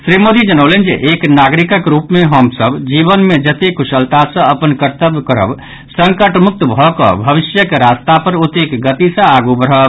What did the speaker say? श्री मोदी जनौलनि जे एक नागरिक रूप मे हम सभ जीवन मे जतेक कुशलता सॅ अपन कर्तब्य करब संकटमुक्त भऽकऽ भविष्यक रास्त पर ओतेक गति सॅ आगू वढ़ब